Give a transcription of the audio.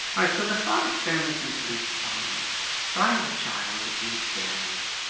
right. so the thought experiment concerns the following so i have a child, his name is daniel.